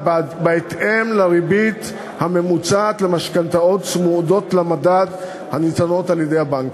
לריבית הממוצעת למשכנתאות צמודות למדד הניתנות על-ידי הבנקים.